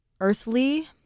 earthly